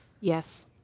Yes